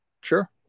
Sure